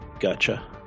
gotcha